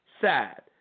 Sad